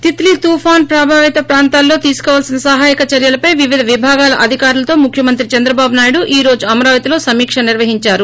తిల్లీ తుపాను ప్రభావిత ప్రాంతాల్లో తీసుకోవాల్సిన సహాయక చర్యలపై వివిధ విభాగాల అధికారులతో ముఖ్యమంత్రి చంద్రబాబు నాయుడు ఈ రోజు అమరావతిలో సమీక నిర్వహించారు